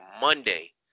Monday